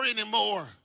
anymore